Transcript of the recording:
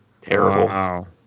terrible